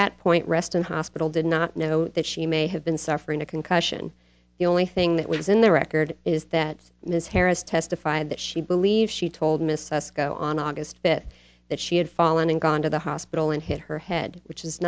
that point reston hospital did not know that she may have been suffering a concussion the only thing that was in the record is that ms harris testified that she believes she told miss us go on august fifth that she had fallen and gone to the hospital and hit her head which is